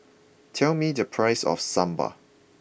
tell me the price of Sambal